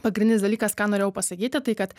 pagrindinis dalykas ką norėjau pasakyti tai kad